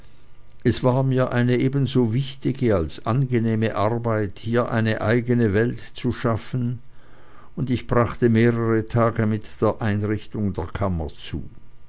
es war mir eine ebenso wichtige als angenehme arbeit hier eine eigene welt zu schaffen und ich brachte mehrere tage mit der einrichtung der kammer zu